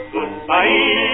Goodbye